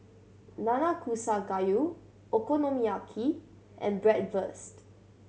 Nanakusa Gayu Okonomiyaki and Bratwurst